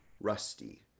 rusty